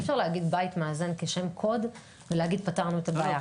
אי אפשר להגיד בית מאזן כשם קוד ולהגיד שפתרנו את הבעיה.